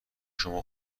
شما